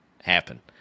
happen